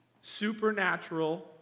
supernatural